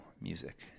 music